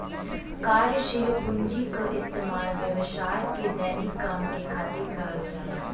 कार्यशील पूँजी क इस्तेमाल व्यवसाय के दैनिक काम के खातिर करल जाला